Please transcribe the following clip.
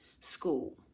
school